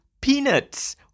peanuts